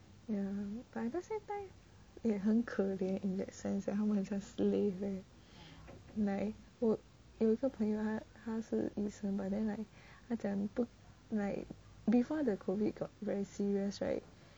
ya at the same time 也很可怜 in that sense that 他们很像是 slave leh like 我有一个朋友他是医生 but then like 他讲 right before the COVID got very serious right